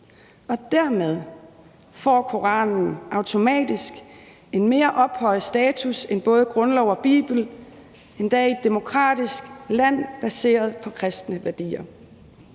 ud. Dermed får Koranen automatisk en mere ophøjet status end både grundlov og bibel, endda i et demokratisk land baseret på kristne værdier,